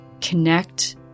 connect